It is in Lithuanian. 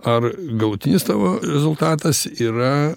ar galutinis tavo rezultatas yra